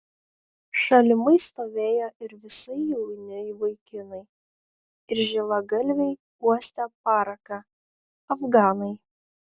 šalimais stovėjo ir visai jauni vaikinai ir žilagalviai uostę paraką afganai